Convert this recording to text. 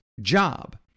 job